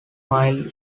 mile